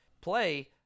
play